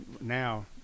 now